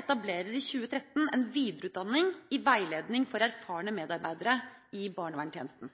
etablerer i 2013 en videreutdanning i veiledning for erfarne medarbeidere i barneverntjenesten.